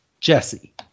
Jesse